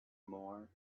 more